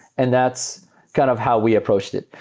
and that's kind of how we approached it.